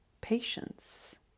patience